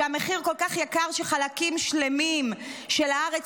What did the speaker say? כשהמחיר כל כך יקר שחלקים שלמים של הארץ